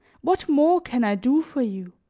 what more can i do for you?